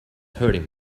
hurting